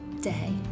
day